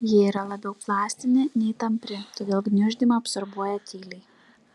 ji yra labiau plastinė nei tampri todėl gniuždymą absorbuoja tyliai